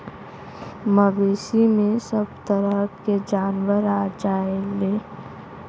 मवेसी में सभ तरह के जानवर आ जायेले